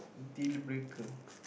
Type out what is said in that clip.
dealbreaker